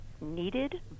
needed